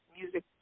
music